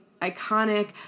iconic